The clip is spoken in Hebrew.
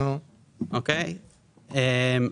ב-(ב)